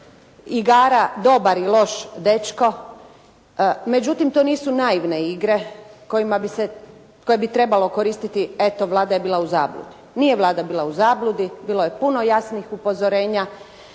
igara dobar i loš dečko. Međutim, to nisu naivne igre kojima bi se, koje bi trebalo koristiti eto Vlada je bila u zabludi. Nije Vlada bila u zabludi. Bilo je puno jasnih upozorenja.